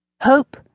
Hope